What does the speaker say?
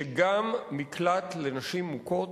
שגם מקלט לנשים מוכות